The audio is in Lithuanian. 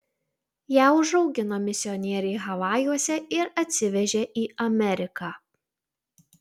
ją užaugino misionieriai havajuose ir atsivežė į ameriką